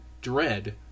dread